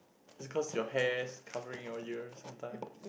because your hair's covering your ear sometime